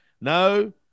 No